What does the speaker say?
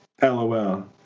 LOL